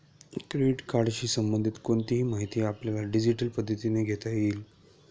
credit कार्डशी संबंधित कोणतीही माहिती आपल्याला डिजिटल पद्धतीने घेता येईल